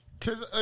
Cause